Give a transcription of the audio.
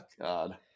God